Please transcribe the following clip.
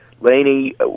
Lainey